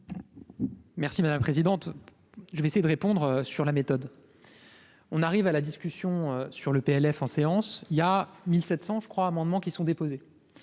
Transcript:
Merci madame présidente, je vais essayer de répondre sur la méthode, on arrive à la discussion sur le PLF en séance, il y a 1700 je crois amendements qui sont déposés